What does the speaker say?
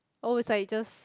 oh it's like just